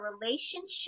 relationship